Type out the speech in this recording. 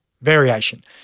variation